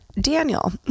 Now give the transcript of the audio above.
Daniel